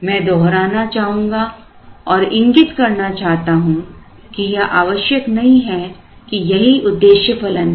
मैं दोहराना चाहूंगा और इंगित करना चाहता हूं कि यह आवश्यक नहीं है कि यही उद्देश्य फलन हो